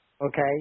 okay